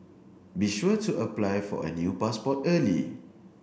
be sure to apply for a new passport early